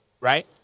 right